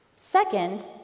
second